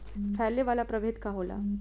फैले वाला प्रभेद का होला?